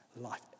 life